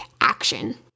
action